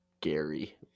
Gary